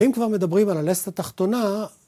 אם כבר מדברים על הלסת התחתונה,